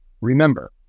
remember